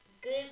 good